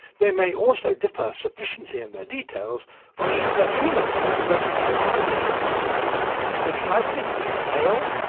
they may also defer sufficiently in their details for even a human ear to recognise a particular individual. it's likely to be a male,